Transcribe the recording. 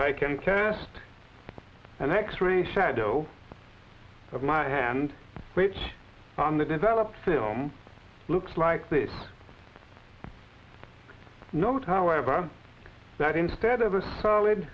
i can cast an x ray shadow of my hand which on the developed film looks like this note however that instead of a solid